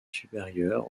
supérieur